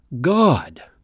God